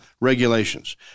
regulations